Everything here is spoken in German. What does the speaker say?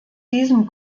diesem